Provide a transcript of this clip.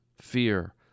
fear